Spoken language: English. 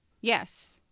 Yes